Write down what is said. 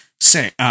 say